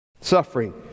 Suffering